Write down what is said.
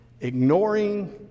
ignoring